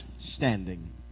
standing